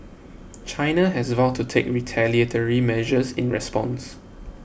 China has vowed to take retaliatory measures in response